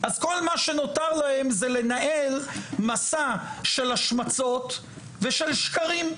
אז כל מה שנותר להם זה לנהל מסע של השמצות ושל שקרים.